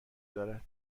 دارد